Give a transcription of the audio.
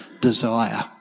desire